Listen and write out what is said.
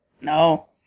No